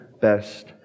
best